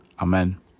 Amen